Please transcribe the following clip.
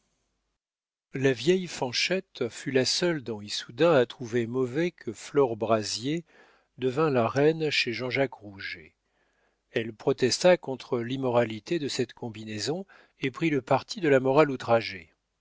la vieille fanchette fut la seule dans issoudun à trouver mauvais que flore brazier devînt la reine chez jean-jacques rouget elle protesta contre l'immoralité de cette combinaison et prit le parti de la morale